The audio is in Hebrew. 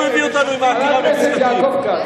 הטלנו ספק במדינאים שהביאו אותם לזה, חברי הכנסת.